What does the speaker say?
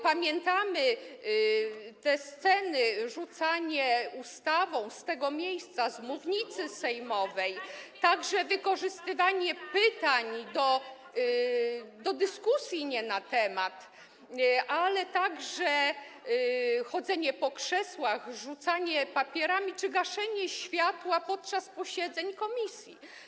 Pamiętamy te sceny: rzucanie ustawą z tego miejsca, z mównicy sejmowej, wykorzystywanie pytań do dyskusji nie na temat, a także chodzenie po krzesłach, rzucanie papierami czy gaszenie światła podczas posiedzeń komisji.